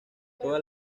todas